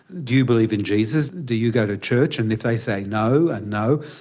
do you believe in jesus? do you go to church? and if they say no and no,